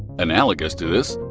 analogous to this,